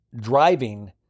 driving